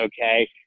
Okay